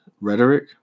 rhetoric